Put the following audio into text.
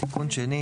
תיקון שני,